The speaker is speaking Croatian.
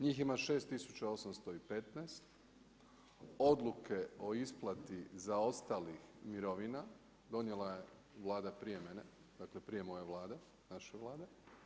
Njih ima 6815, odluke o isplati zaostalih mirovina, donijela je Vlada prije mene, dakle prije moje Vlade, naše Vlade.